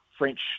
French